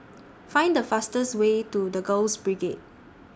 Find The fastest Way to The Girls Brigade